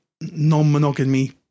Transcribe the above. non-monogamy